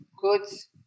goods